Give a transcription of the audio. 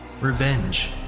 revenge